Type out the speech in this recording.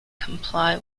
comply